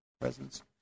presence